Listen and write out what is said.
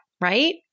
right